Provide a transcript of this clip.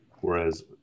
Whereas